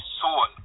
soul